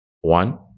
one